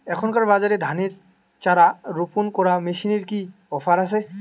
এখনকার বাজারে ধানের চারা রোপন করা মেশিনের কি অফার আছে?